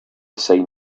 sign